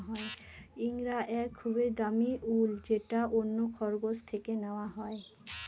ইঙ্গরা এক খুবই দামি উল যেটা অন্য খরগোশ থেকে নেওয়া হয়